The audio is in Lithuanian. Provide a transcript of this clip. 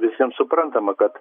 visiem suprantama kad